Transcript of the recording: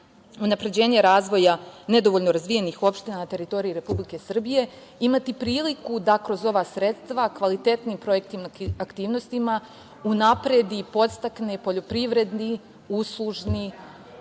unapređenje razvoja nedovoljno razvijenih opština na teritoriji Republike Srbije imati priliku da kroz ova sredstva kvalitetnim projektnim aktivnostima unapredi i podstakne i poljoprivredni, uslužni